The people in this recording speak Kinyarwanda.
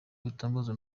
bitangazwa